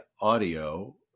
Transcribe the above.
audio